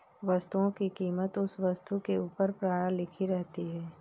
वस्तुओं की कीमत उस वस्तु के ऊपर प्रायः लिखी रहती है